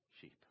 sheep